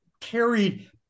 carried